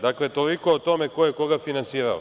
Dakle, toliko o tome ko je koga finansirao.